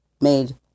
Made